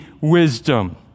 wisdom